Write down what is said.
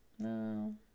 No